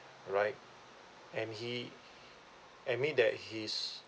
alright and he I mean that his